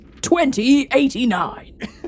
2089